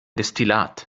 destillat